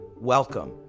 welcome